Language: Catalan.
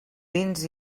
dins